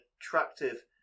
attractive